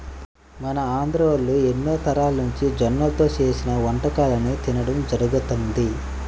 మన ఆంధ్రోల్లు ఎన్నో తరాలనుంచి జొన్నల్తో చేసిన వంటకాలను తినడం జరుగతంది